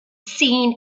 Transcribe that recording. seen